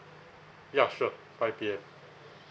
ya sure five P_M